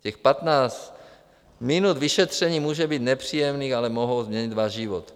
Těch patnáct minut vyšetření může být nepříjemných, ale mohou změnit váš život.